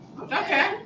Okay